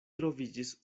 troviĝis